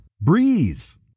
Breeze